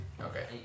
Okay